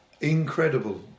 incredible